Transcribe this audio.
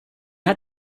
hat